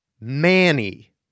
Manny